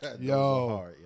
yo